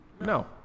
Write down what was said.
No